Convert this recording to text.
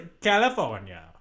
California